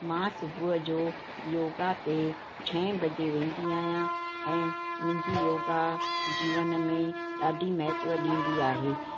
मां सुबुह जो योगा ते छहें बजे वेंदी आहियां ऐं मुंहिंजी योगा जीवन में ॾाढी महत्व ॾींदी आहे